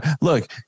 look